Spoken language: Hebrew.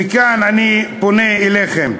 מכאן אני פונה אליכם.